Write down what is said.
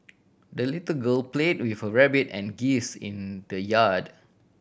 the little girl played with her rabbit and geese in the yard